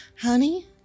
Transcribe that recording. Honey